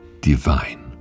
divine